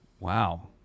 Wow